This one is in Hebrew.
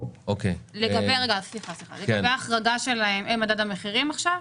לגבי ההחרגה שלהם, הם במדד המחירים עכשיו?